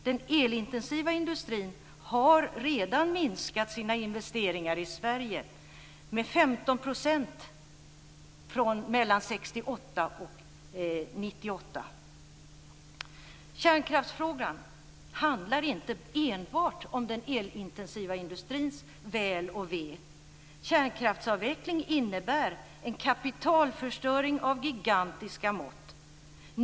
Den elintensiva industrin har redan minskat sina investeringar i Sverige med Kärnkraftsfrågan handlar inte enbart om den elintensiva industrins väl och ve. Kärnkraftsavveckling innebär en kapitalförstöring av gigantiska mått.